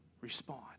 respond